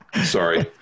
Sorry